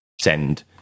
Send